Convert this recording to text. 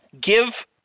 give